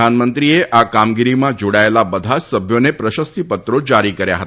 પ્રધાનમંત્રીએ આ કામગીરીમાં જોડાયેલા બધા જ સભ્યોને પ્રશસ્તીપત્રો જારી કર્યા હતા